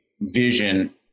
vision